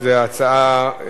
זו הצעה,